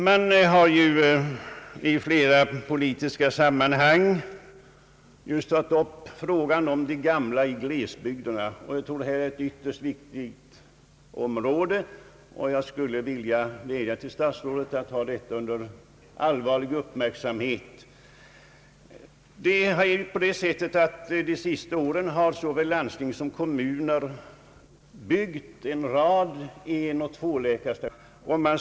Man har i flera politiska sammanhang tagit upp frågan om de gamla i glesbygderna. Jag tror det är ett ytterst viktigt område, och jag vill vädja till statsrådet att allvarligt uppmärksamma problemet. De senaste åren har såväl landsting som kommuner byggt en rad enoch tvåläkarstationer och försett dem med utrustning.